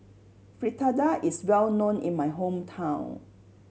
fritada is well known in my hometown